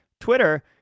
Twitter